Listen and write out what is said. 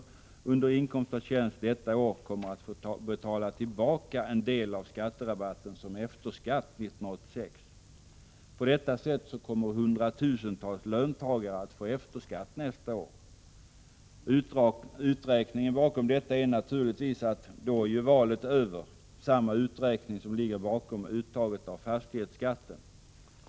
genom inkomst av tjänst detta år kommer att få betala tillbaka en del av skatterabatten som efterskatt 1986. På detta sätt kommer hundratusentals löntagare att få efterskatt nästa år. Uträkningen bakom detta är naturligtvis att valet då är över — samma uträkning som ligger bakom uttaget av fastighetsskatten.